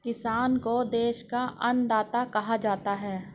किसान को देश का अन्नदाता कहा जाता है